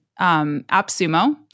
AppSumo